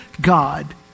God